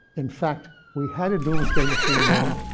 in fact, we had a doomsday machine then.